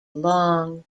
long